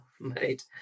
Mate